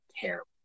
terrible